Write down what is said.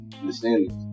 Understand